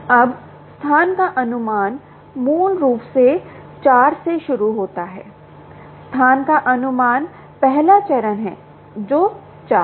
अब स्थान का अनुमान मूल रूप से 4 से शुरू होता है स्थान का अनुमान पहला चरण है जो 4 है